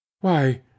Why